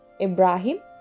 Ibrahim